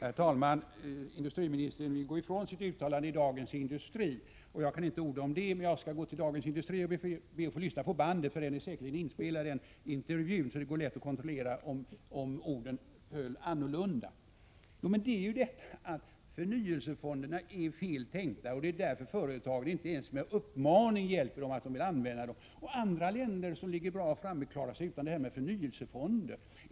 Herr talman! Industriministern vill nu gå ifrån sitt uttalande i Dagens Industri. Jag kan inte orda om det, men jag skall gå till Dagens Industri och be att få lyssna på bandet; den intervjun är säkerligen inspelad, och det går därför att kontrollera om orden föll på ett annat sätt. Förnyelsefonderna är fel tänkta, och det är därför företagen inte ens på uppmaning kan använda dem. Andra länder som ligger väl framme klarar sig bra utan förnyelsefonder.